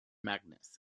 magnus